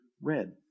red